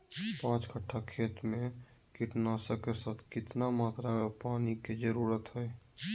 पांच कट्ठा खेत में कीटनाशक के साथ कितना मात्रा में पानी के जरूरत है?